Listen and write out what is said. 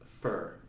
fur